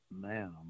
Man